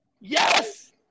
Yes